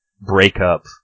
breakup